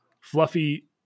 Fluffy